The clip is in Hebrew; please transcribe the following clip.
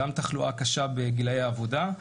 גם תחלואה קשה בגילאי העבודה,